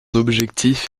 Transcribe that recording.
objectif